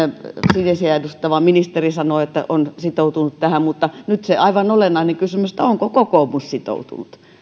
sinisiä edustava ministeri sanoi että on sitoutunut tähän mutta nyt se aivan olennainen kysymys on onko kokoomus sitoutunut